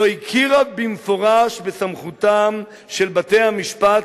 לא הכירה במפורש בסמכותם של בתי-המשפט